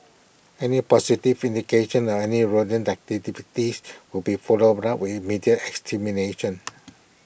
any positive indication or any rodent will be followed up with immediate extermination